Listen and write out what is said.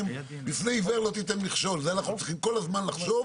בפני עיוור לא תיתן מכשול - את זה אנחנו צריכים כל הזמן לחשוב: